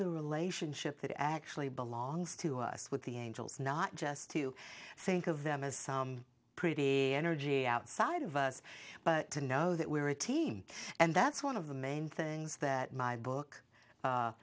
the relationship that actually belongs to us with the angels not just to think of them as pretty energy outside of us but to know that we're a team and that's one of the main things that my book